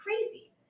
crazy